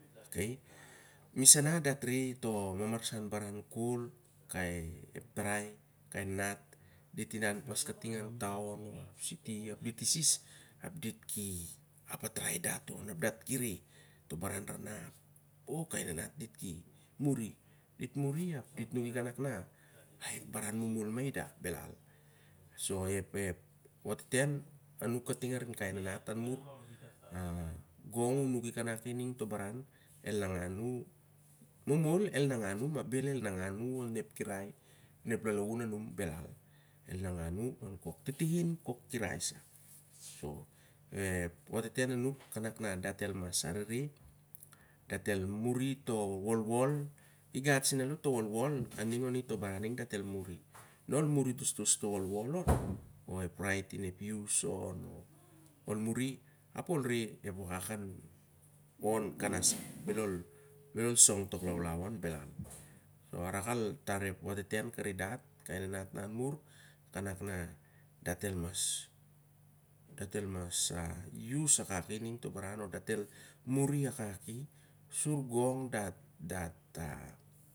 Misana dat re to mamarsan baran kol, ep tarai, kai nanat dit inan pas kating on ep taon, ep siti ap dit isis ap dit ki apatarai dat oningan to baran. Lar na, o, kai nanat dit ki muri, dit muri ap dit nuki kanak na, ai ep baran momol ma uda, belal. So ep wateten anuk karin dat, kai nant. An amur i ning to baran bel el nangan u, momol el nangan u ma bel el nangan u el nangan u on kok titihon kok kirai sa. Dat el mas arere, dat el muri to wolwol, igat sen alo to wolwol aning, ito baran ning dat el muri. Mari tostos to wolwol on o ep rael in ep yus, ep wakak kon kanasa, bel ol pastat tok laulau on, belal. So arak al tar ep wateten karin dat kai nant na an muri, yus akak i ning to bar an sur na an mur gong dat, dat, dat